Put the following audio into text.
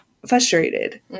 frustrated